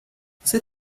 você